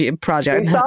project